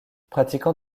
pratiquant